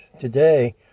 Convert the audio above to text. today